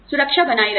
सुरक्षा बनाए रखना